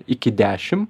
iki dešim